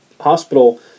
hospital